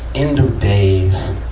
end-of-days,